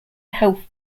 health